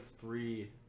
three